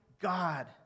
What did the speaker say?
God